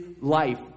life